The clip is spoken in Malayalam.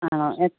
ആണോ എ